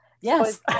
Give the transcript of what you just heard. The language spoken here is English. Yes